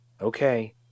okay